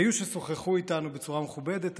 היו ששוחחו איתנו בצורה מכובדת,